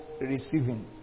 receiving